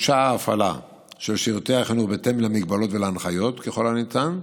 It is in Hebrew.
חודשה ההפעלה של שירותי החינוך בהתאם למגבלות ולהנחיות ככל הניתן,